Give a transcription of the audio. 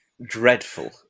dreadful